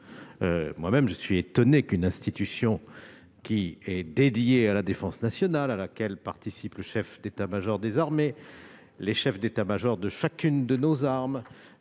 Moi-même, je suis étonné qu'une institution dédiée à la défense nationale, à laquelle participent le chef d'état-major des armées, les chefs d'état-major de chacune de nos armes,